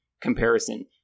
comparison